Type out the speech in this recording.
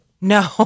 No